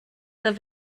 der